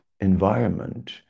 environment